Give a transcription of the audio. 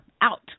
out